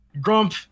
grump